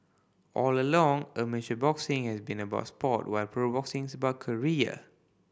all along amateur boxing has been about sport while pro boxing is about career